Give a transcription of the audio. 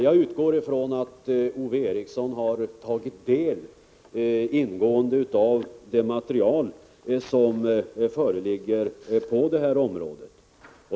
Jag utgår ifrån att Ove Eriksson ingående har tagit del av det material som föreligger på det här området.